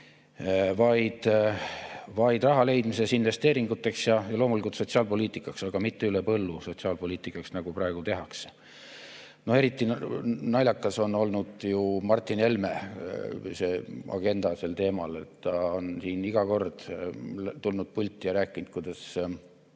on] raha leidmises investeeringuteks ja loomulikult ka sotsiaalpoliitikaks, aga mitte üle põllu sotsiaalpoliitikaks, nagu praegu tehakse. Eriti naljakas on olnud Martin Helme agenda sel teemal. Ta on siin iga kord tulnud pulti ja rääkinud, kuidas